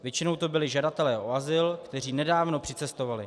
Většinou to byli žadatelé o azyl, kteří nedávno přicestovali.